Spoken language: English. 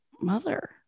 mother